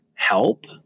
help